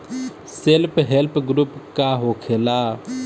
Self help group का होखेला?